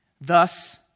Thus